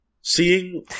Seeing